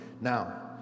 Now